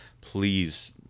please